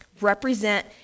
represent